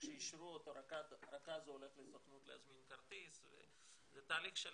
עד שאישרו אותו רק אז הוא הולך לסוכנות להזמין כרטיס וזה תהליך שלם.